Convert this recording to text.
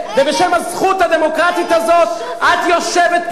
ובשם הזכות הדמוקרטית הזאת את יושבת פה,